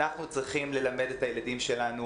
אנחנו צריכים ללמד את הילדים שלנו